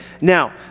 Now